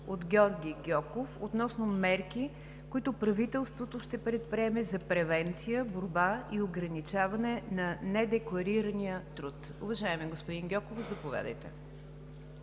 от Георги Гьоков относно мерки, които правителството ще предприеме за превенция, борба и ограничаване на недекларирания труд. Уважаеми господин Гьоков, заповядайте.